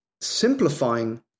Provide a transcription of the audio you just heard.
simplifying